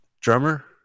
drummer